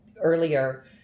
earlier